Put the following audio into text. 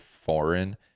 foreign